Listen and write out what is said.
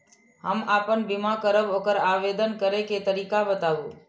हम आपन बीमा करब ओकर आवेदन करै के तरीका बताबु?